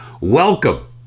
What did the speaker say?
welcome